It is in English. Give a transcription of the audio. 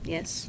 Yes